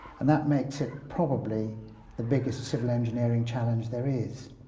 and that makes it probably the biggest civil engineering challenge there is.